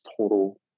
total